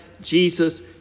Jesus